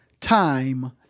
time